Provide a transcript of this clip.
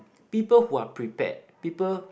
people who are prepared people